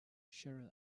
cheryl